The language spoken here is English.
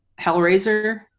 Hellraiser